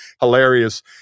hilarious